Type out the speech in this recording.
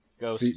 Go